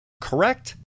correct